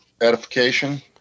edification